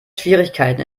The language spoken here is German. schwierigkeiten